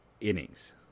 innings